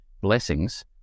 blessings